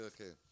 Okay